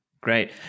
Great